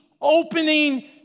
opening